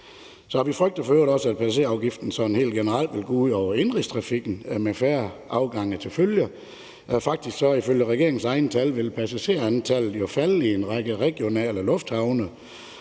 Så frygter vi for øvrigt også, at passagerafgiften sådan helt generelt vil gå ud over indenrigstrafikken med færre afgange til følge. Ifølge regeringens egne tal ville passagerantallet jo falde i en række regionale lufthavne,